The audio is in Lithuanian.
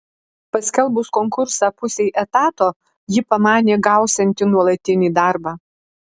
paskelbus konkursą pusei etato ji pamanė gausianti nuolatinį darbą